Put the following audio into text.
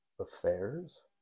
affairs